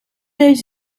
les